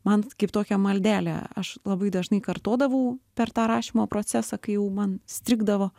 man kaip tokią maldelę aš labai dažnai kartodavau per tą rašymo procesą kai jau man strigdavo